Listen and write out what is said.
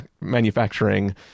manufacturing